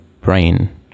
brain